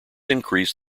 increased